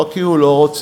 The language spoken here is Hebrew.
לא כי הוא לא רוצה,